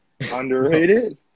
Underrated